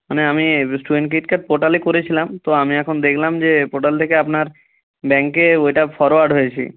মানে আমি student credit card পোর্টালে করেছিলাম তো আমি এখন দেখলাম যে পোর্টাল থেকে আপনার ব্যাঙ্কে ওইটা ফরওয়ার্ড হয়েছে